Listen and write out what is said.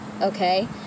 okay